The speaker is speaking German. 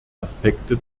aspekte